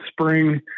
spring